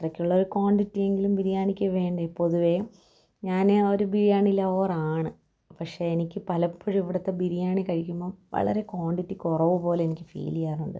അത്രയ്ക്കുള്ള ഒരു ക്വാണ്ടിറ്റി എങ്കിലും ബിരിയാണിക്കു വേണ്ടേ പൊതുവെ ഞാൻ ഒരു ബിരിയാണി ലവ്വറാണ് പക്ഷെ എനിക്ക് പലപ്പോഴും ഇവിടുത്തെ ബിരിയാണി കഴിക്കുമ്പോൾ വളരെ ക്വാണ്ടിറ്റി കുറവുപോലെ എനിക്കു ഫീൽ ചെയ്യാറുണ്ട്